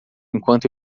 enquanto